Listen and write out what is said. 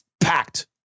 packed